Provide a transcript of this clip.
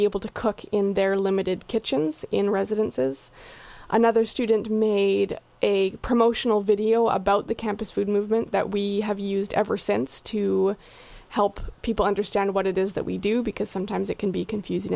be able to cook in their limited kitchens in residences another student made a promotional video about the campus food movement that we have used ever since to help people understand what it is that we do because sometimes it can be confusing